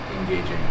engaging